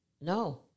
No